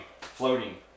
floating